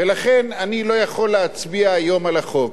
ולכן אני לא יכול להצביע היום על החוק,